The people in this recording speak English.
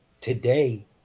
today